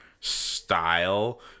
style